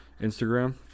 instagram